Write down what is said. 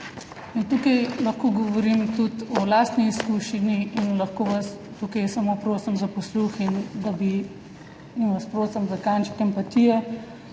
Tukaj lahko govorim tudi o lastni izkušnji in lahko vas tukaj samo prosim za posluh in vas prosim za kanček empatije,